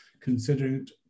considered